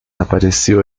apareció